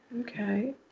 Okay